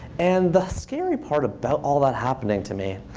and the scary part about all that happening to me,